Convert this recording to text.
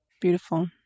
Beautiful